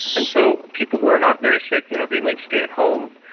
and so people who are not very sick, you know they might stay at home.